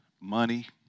money